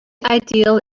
ideal